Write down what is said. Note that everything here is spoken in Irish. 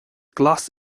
glas